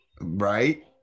Right